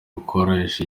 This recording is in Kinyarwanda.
gukoresha